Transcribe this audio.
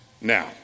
now